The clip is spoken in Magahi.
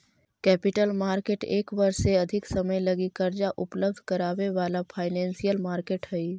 कैपिटल मार्केट एक वर्ष से अधिक समय लगी कर्जा उपलब्ध करावे वाला फाइनेंशियल मार्केट हई